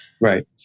Right